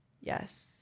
Yes